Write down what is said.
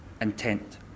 intent